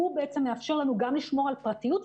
הוא בעצם מאפשר לנו גם לשמור על פרטיות,